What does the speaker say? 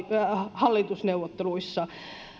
hallitusneuvotteluissa